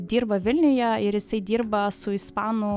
dirba vilniuje ir jisai dirba su ispanų